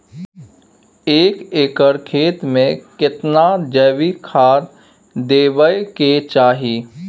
एक एकर खेत मे केतना जैविक खाद देबै के चाही?